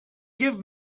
give